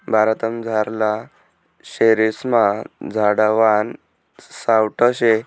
भारतमझारला शेरेस्मा झाडवान सावठं शे